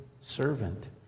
servant